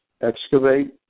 excavate